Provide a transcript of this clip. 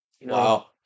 Wow